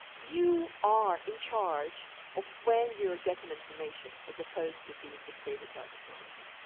you are in charge of where you're getting information, as opposed to being dictated by technology.